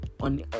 on